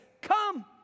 Come